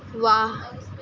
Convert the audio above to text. واہ